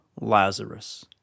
lazarus